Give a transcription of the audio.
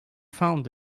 found